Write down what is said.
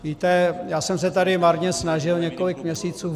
Víte, já jsem se tady marně snažil několik měsíců.